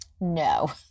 No